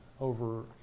over